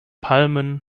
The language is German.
palmen